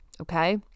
okay